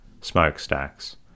smokestacks